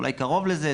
אולי קרוב לזה,